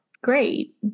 great